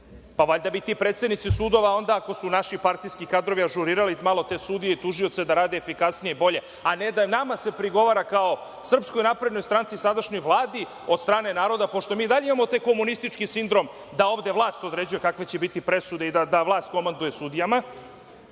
Valjda bi ti predsednici sudova onda, ako su naši partijski kadrovi ažurirali malo te sudije i tužioce da rade efikasnije i bolje, a ne da nama se prigovara kao SNS i sadašnjoj Vladi od strane naroda, pošto mi i dalje imamo taj komunistički sindrom da ovde vlast određuje kakve će biti presude i da vlast komanduje sudijama,